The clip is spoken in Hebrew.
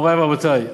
מורי ורבותי,